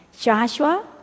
joshua